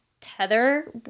tether